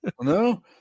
No